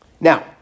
now